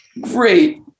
Great